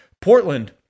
portland